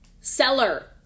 seller